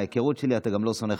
מההיכרות שלי אתה גם לא שונא חרדים,